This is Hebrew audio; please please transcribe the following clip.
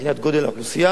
מבחינת גודל האוכלוסייה,